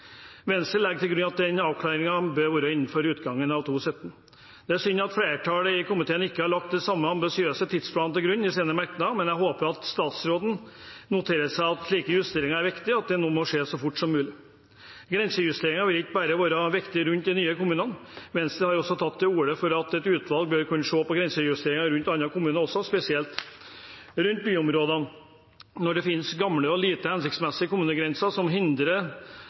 Venstre legger til grunn at den avklaringen bør skje innen utgangen av 2017. Det er synd at flertallet i komiteen ikke har lagt den samme ambisiøse tidsplanen til grunn i sine merknader, men jeg håper at statsråden noterer seg at slike justeringer er viktige, og at det må skje så fort som mulig. Grensejusteringer vil ikke bare være viktig rundt de nye kommunene. Venstre har også tatt til orde for at et utvalg bør kunne se på grensejusteringer rundt andre kommuner også, spesielt rundt byområdene, når det finnes gamle og lite hensiktsmessige kommunegrenser som hindrer